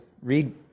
read